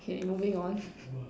okay moving on